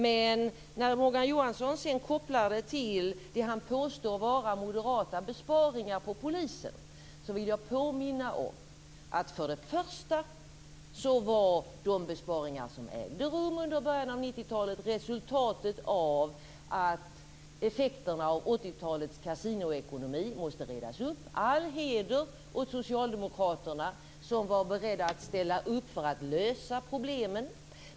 Men när Morgan Johansson sedan kopplar det till det han påstår vara moderata besparingar på polisen, vill jag påminna om att de besparingar som ägde rum under början av 90-talet var ett resultat av att effekterna av 80-talets kasinoekonomi måste redas upp. Socialdemokraterna har all heder av att de var beredda att ställa upp för att lösa problemen.